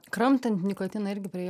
kramtant nikotiną irgi prie jo